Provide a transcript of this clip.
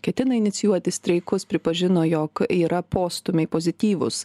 ketina inicijuoti streikus pripažino jog yra postūmiai pozityvūs